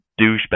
douchebag